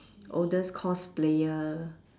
oldest cosplayer